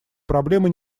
проблемы